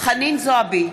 חנין זועבי,